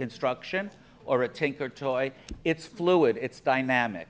construction or a tinker toy it's fluid it's dynamic